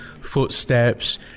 footsteps